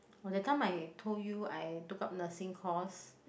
that time I told you I took up nursing course